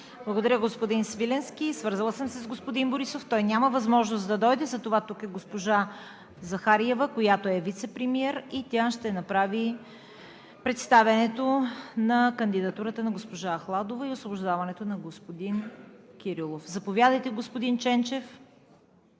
Благодаря, господин Свиленски. Свързала съм се с господин Борисов и той няма възможност да дойде. Затова тук е госпожа Захариева, която е вицепремиер. Тя ще направи представянето на кандидатурата на госпожа Ахладова и освобождаването на господин Кирилов. Заповядайте, господин Ченчев.